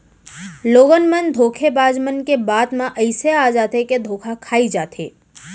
लोगन मन धोखेबाज मन के बात म अइसे आ जाथे के धोखा खाई जाथे